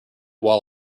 while